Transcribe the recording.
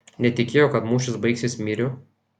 netikėjo kad mūšis baigsis myriu